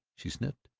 she sniffed.